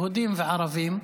יהודים וערבים,